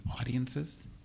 audiences